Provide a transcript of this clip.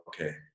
okay